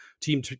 team